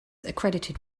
accredited